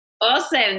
Awesome